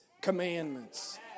commandments